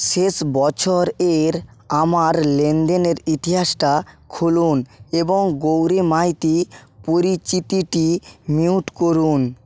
শেষ বছরের আমার লেনদেনের ইতিহাসটা খুলুন এবং গৌরী মাইতি পরিচিতিটি মিউট করুন